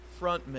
frontman